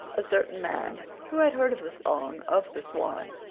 a certain man, who had heard of the song of the swan,